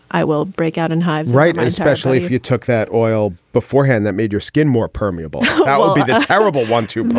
i will break out in hives right. and especially if you took that oil beforehand that made your skin more permeable it will be horrible once you.